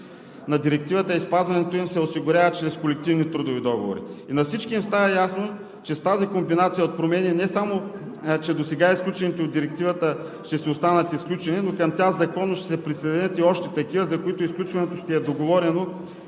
на Директивата и спазването им се осигуряват чрез колективни трудови договори. На всички им стана ясно, че с тази комбинация от промени не само че досега изключените от Директивата ще си останат изключени, но към тях законно ще се присъединят и още такива, за които изключването ще е договорено